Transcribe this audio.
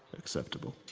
acceptable.